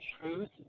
truth